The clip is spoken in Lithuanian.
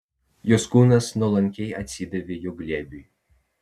jos kūnas nuolankiai atsidavė jo glėbiui